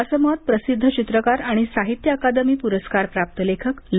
असे मत प्रसिद्ध चित्रकार आणि साहित्य अकादमी पुरस्कारप्राप्त लेखक ल